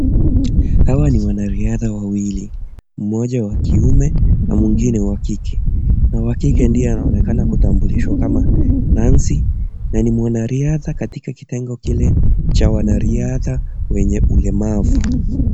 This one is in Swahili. Hawa ni wanariadha wawili, mmoja wa kiume na mwingine wa kike, na wa kike ndiye anayeonekana kutambulishwa kama Nancy na ni mwanariadha katika kitengo kile cha wanariadha wenye ulemavu.